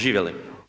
Živjeli.